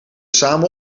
samen